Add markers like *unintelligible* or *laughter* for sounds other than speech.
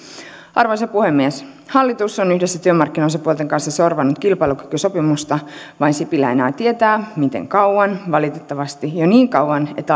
arvoisa puhemies hallitus on yhdessä työmarkkinaosapuolten kanssa sorvannut kilpailukykysopimusta vain sipilä enää tietää miten kauan valitettavasti jo niin kauan että *unintelligible*